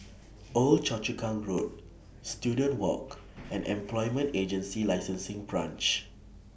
Old Choa Chu Kang Road Student Walk and Employment Agency Licensing Branch